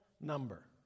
number